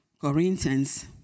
Corinthians